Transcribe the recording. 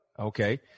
Okay